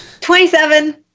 Twenty-seven